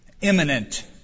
imminent